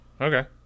Okay